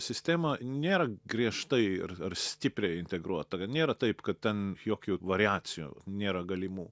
sistema nėra griežtai ar stipriai integruota nėra taip kad ten jokių variacijų nėra galimų